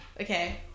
Okay